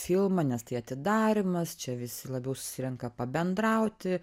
filmą nes tai atidarymas čia visi labiau susirenka pabendrauti